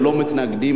ללא מתנגדים,